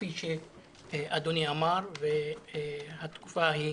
כפי שאדוני אמר למשך תקופה של